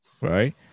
right